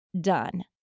done